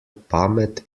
pamet